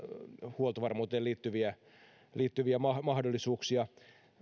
huoltovarmuuteen liittyviä liittyviä mahdollisuuksia